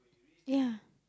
ya